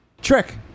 trick